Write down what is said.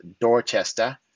Dorchester